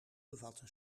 bevatte